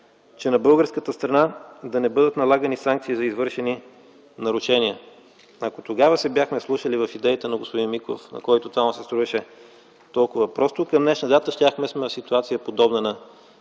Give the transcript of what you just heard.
че на българската страна да не бъдат налагани санкции за извършени нарушения. Ако тогава се бяхме вслушали в идеите на господин Миков, на когото това му се струваше толкова просто, към днешна дата щяхме да сме в ситуация, подобна на